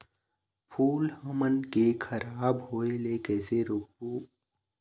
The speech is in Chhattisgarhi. फूल हमन के खराब होए ले कैसे रोकबो?